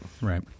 right